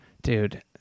Dude